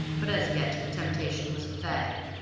but as yet the temptation was vague,